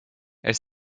elle